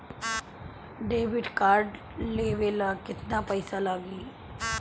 Debit card लेवे ला केतना पईसा लागी?